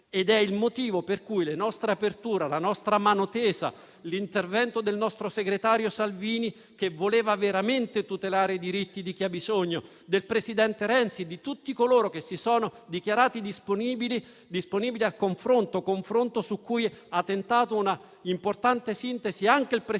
È il motivo per cui la nostra apertura e la nostra mano tesa, l'intervento del nostro segretario Salvini - che voleva veramente tutelare i diritti di chi ha bisogno - e quelli del presidente Renzi e di tutti coloro che si sono dichiarati disponibili al confronto - su cui ha tentato un'importante sintesi anche il presidente